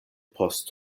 post